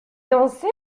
danser